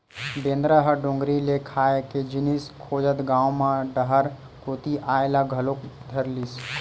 बेंदरा ह डोगरी ले खाए के जिनिस खोजत गाँव म डहर कोती अये ल घलोक धरलिस